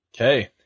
Okay